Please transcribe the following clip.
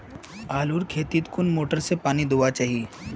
आलूर खेतीत कुन मोटर से पानी दुबा चही?